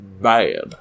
Bad